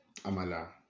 Amala